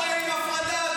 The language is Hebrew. חברי הכנסת.